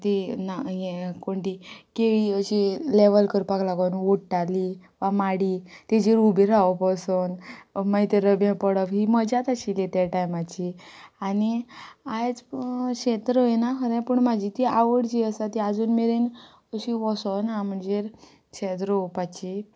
ती ना हें कोण तीं केळीं अशीं लॅवल करपाक लागोन वोडटालीं वा माडी तेजेर उबें रावप वसोन मागीर तें रब्या पडप ही मजात आशिल्ली ते टायमाची आनी आयज प् शेत रोयना खरें पूण म्हाजी ती आवड जी आसा ती आजून मेरेन अशी वसोना म्हणजेर शेत रोवपाची